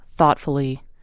thoughtfully